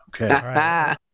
Okay